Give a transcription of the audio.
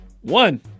One